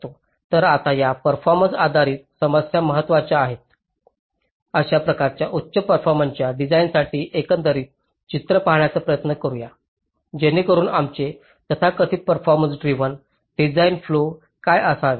तर आता या परफॉर्मन्स आधारित समस्या महत्त्वाच्या आहेत अशा प्रकारच्या उच्च परफॉर्मन्सच्या डिझाइनसाठी एकंदरीत चित्र पाहण्याचा प्रयत्न करू या जेणेकरून आमचे तथाकथित परफॉर्मन्स ड्रिव्हन डिझाइन फ्लो काय असावे